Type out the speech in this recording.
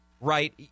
right